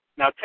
Now